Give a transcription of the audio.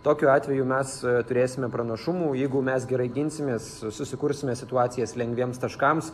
tokiu atveju mes turėsime pranašumų jeigu mes gerai ginsimės susikursime situacijas lengviems taškams